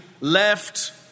left